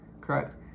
Correct